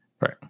right